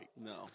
No